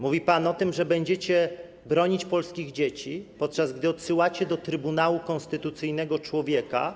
Mówi pan o tym, że będziecie bronić polskich dzieci, podczas gdy odsyłacie do Trybunału Konstytucyjnego człowieka.